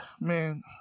Man